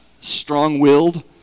strong-willed